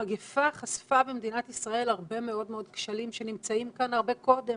המגפה חשפה במדינת ישראל הרבה מאוד כשלים שנמצאים כאן הרבה קודם